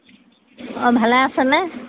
অঁ ভালে আছেনে